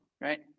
right